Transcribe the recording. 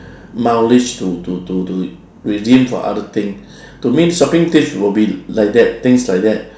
mileage to to to to redeem for other thing to me shopping tips will be like that things like that